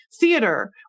theater